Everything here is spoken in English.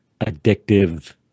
addictive